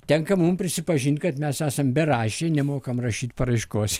tenka mum prisipažint kad mes esam beraščiai nemokam rašyt paraiškos